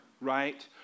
Right